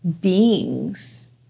beings